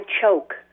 choke